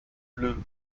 blue